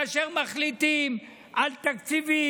כאשר מחליטים על תקציבים,